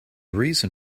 reason